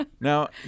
Now